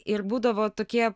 ir būdavo tokie